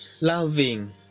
loving